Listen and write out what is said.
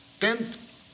tenth